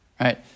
Right